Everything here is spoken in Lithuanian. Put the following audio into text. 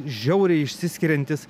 žiauriai išsiskiriantys